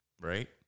right